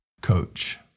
coach